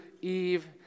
Eve